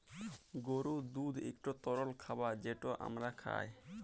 গরুর দুহুদ ইকট তরল খাবার যেট আমরা খাই